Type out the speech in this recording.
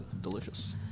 delicious